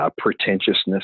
pretentiousness